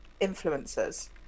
influencers